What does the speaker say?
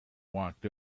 walked